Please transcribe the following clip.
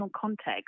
context